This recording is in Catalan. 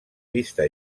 vista